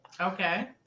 Okay